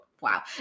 wow